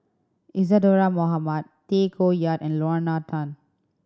Isadhora Mohamed Tay Koh Yat and Lorna Tan